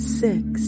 six